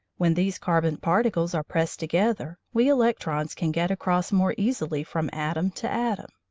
when these carbon particles are pressed together we electrons can get across more easily from atom to atom.